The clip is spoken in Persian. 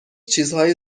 چیزهای